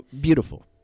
Beautiful